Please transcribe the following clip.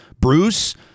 bruce